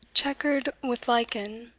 chequered with lichen,